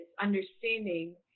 understanding